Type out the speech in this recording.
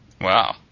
Wow